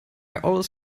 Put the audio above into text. always